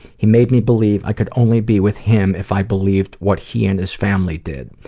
he made me believe i could only be with him if i believed what he and his family did.